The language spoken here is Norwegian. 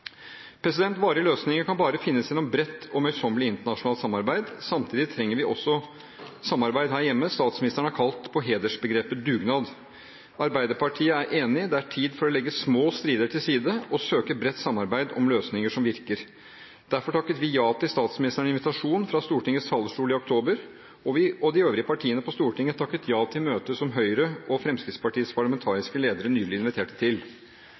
Varige løsninger kan bare finnes gjennom bredt og møysommelig internasjonalt samarbeid. Samtidig trenger vi også samarbeid her hjemme. Statsministeren har fremholdt hedersbegrepet «dugnad». Arbeiderpartiet er enig. Det er tid for å legge små strider til side og søke bredt samarbeid om løsninger som virker. Derfor takket vi ja til statsministerens invitasjon fra Stortingets talerstol i oktober, og de øvrige partiene på Stortinget takket ja til møtet som Høyres og Fremskrittspartiets parlamentariske ledere nylig inviterte til.